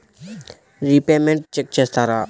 Repayments check చేస్తారా?